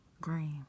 green